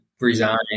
resigned